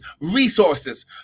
resources